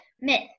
Myth